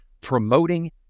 promoting